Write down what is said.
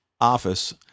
office